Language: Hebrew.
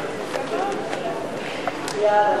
התשע"א 2011,